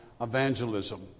evangelism